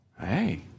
Hey